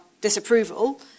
disapproval